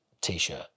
T-shirt